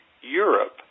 Europe